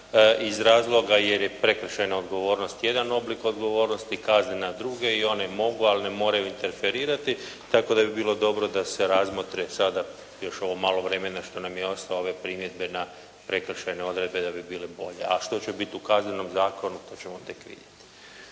iz razloga jer je prekršajna odgovornost jedan oblik odgovornosti, kaznena druge i one mogu, ali ne moraju interferirati, tako da bi bilo dobro da se razmotre sada još ovo malo vremena što nam je ostalo ove primjedbe na prekršajne odredbe da bi bile bolje. A što će biti u Kaznenom zakonu to ćemo tek vidjeti.